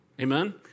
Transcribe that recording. Amen